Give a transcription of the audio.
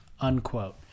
unquote